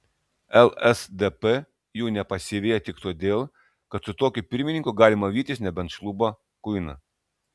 lsdp jų nepasiveja tik todėl kad su tokiu pirmininku galima vytis nebent šlubą kuiną